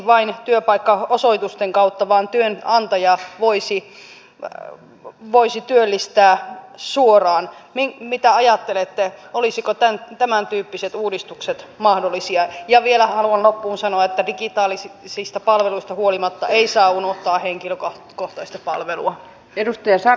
kysyisinkin nyt ministereiltä tuletteko tämän omaishoitolain yhteydessä panostamaan myös lapsiperheomaishoitoon koska he ovat erilaisessa tilanteessa kuin ikääntyneet joilla on ehkä eläke tai muu vastaava tulo pohjalla mutta lapsiperheillä ei ole mitään muuta toimeentuloa